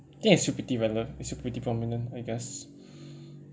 I think it's still pretty rele~ it's still pretty prominent I guess